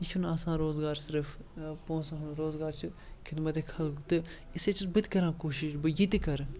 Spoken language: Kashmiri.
یہِ چھُنہٕ آسان روزگار صرف پونٛسَن ہُنٛد روزگار چھِ خدمتِ خلق تہٕ اسلیے چھُس بہٕ تہِ کَران کوٗشِش بہٕ یہِ تہِ کَرٕ